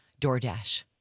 DoorDash